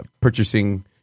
purchasing